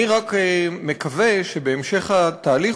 אני רק מקווה שבהמשך התהליך,